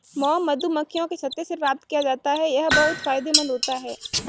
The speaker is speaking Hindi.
मॉम मधुमक्खियों के छत्ते से प्राप्त किया जाता है यह बहुत फायदेमंद होता है